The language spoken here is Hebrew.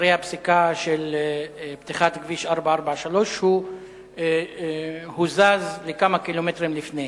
אחרי הפסיקה של פתיחת כביש 443 הוא הוזז לכמה קילומטרים לפני.